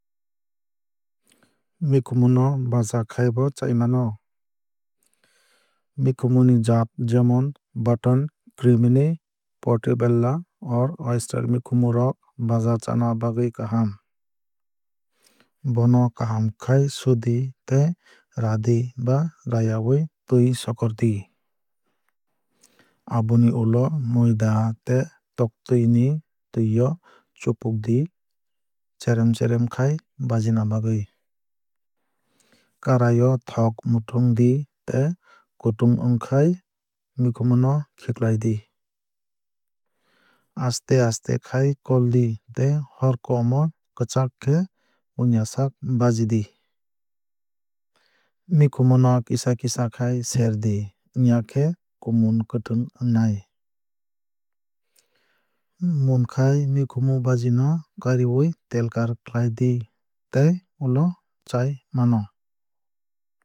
Mikhumu no baja khai bo chawui mano. Mikhumu ni jaat jemon button cremini portobello or oyster mikhumu rok baja chana bagwui kaham. Bono kaham khai sudi tei radi ba raiyawui twui sokordi. Aboni ulo moida tei toktwui ni twui o chupukdi cherem cherem khai bajina bagwui. Karai o thok muthungdi tei kutung wngkhai mikhumu no khiklai di. Aste aste khai koldi tei hor kom o kwchak khe munyasak bajidi. Mikhumu no kisa kisa khai serdi wngya khe kumun kwthwng wngnai. Munkhai mikhumu baji no kariwui telkar khlaidi tei ulo chai mano.